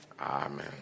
Amen